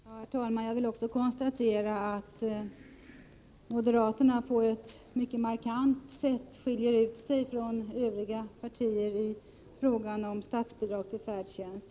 Herr talman! Jag vill också konstatera att moderaterna på ett mycket markant sätt skiljer sig från övriga partier i frågan om statsbidrag till färdtjänst.